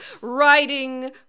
riding